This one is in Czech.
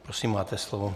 Prosím, máte slovo.